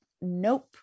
nope